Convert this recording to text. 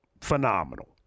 phenomenal